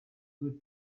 foot